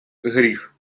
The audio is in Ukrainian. гріх